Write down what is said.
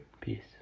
Peace